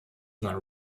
war